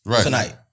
tonight